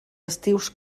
estius